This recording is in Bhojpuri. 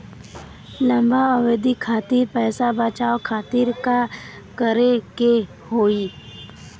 लंबा अवधि खातिर पैसा बचावे खातिर का करे के होयी?